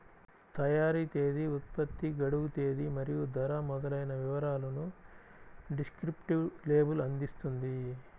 తయారీ తేదీ, ఉత్పత్తి గడువు తేదీ మరియు ధర మొదలైన వివరాలను డిస్క్రిప్టివ్ లేబుల్ అందిస్తుంది